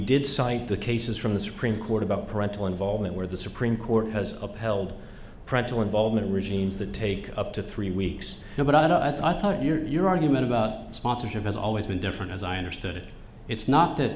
did cite the cases from the supreme court about parental involvement where the supreme court has upheld pretzel involvement regimes that take up to three weeks but i thought your your argument about sponsorship has always been different as i understood it it's not that